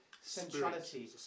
centrality